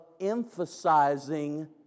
emphasizing